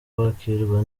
bakirwa